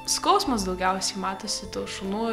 skausmas daugiausiai matosi tų šunų